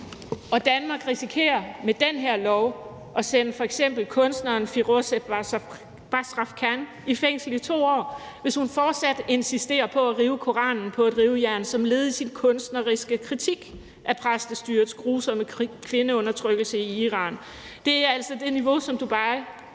og Danmark risikerer med den her lov at sende f.eks. kunstneren Firoozeh Bazrafkan i fængsel i 2 år, hvis hun fortsat insisterer på at rive Koranen på et rivejern som led i sin kunstneriske kritik af præstestyrets grusomme kvindeundertrykkelse i Iran. Det er jo det niveau, som Dubai